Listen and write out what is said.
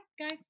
guys